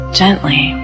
gently